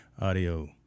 Audio